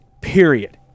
period